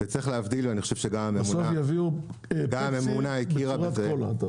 בסוף יביאו פפסי בצורת קולה.